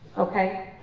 okay?